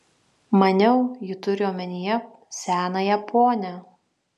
maniau ji turi omenyje senąją ponią